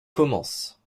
commence